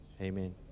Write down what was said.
Amen